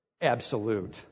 Absolute